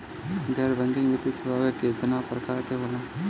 गैर बैंकिंग वित्तीय सेवाओं केतना प्रकार के होला?